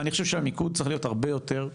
אני חושב שהמיקוד צריך להיות הרבה יותר,